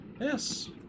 Yes